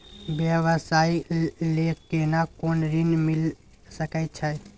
व्यवसाय ले केना कोन ऋन मिल सके छै?